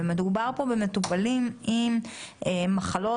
מדובר פה במטופלים עם מחלות,